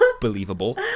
believable